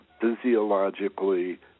physiologically